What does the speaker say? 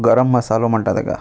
गरम मसालो म्हणटा तेका